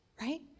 right